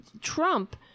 Trump